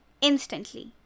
instantly